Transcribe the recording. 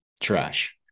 trash